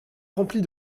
remplis